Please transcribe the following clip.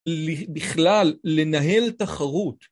בכלל, לנהל תחרות.